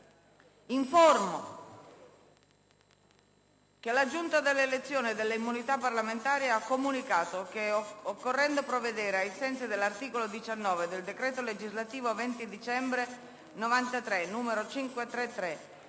Informo che la Giunta delle elezioni e delle immunità parlamentari ha comunicato che, occorrendo provvedere, ai sensi dell'articolo 19 del decreto legislativo 20 dicembre 1993, n. 533,